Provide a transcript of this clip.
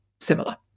similar